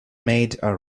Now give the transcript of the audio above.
made